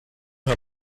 her